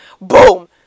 boom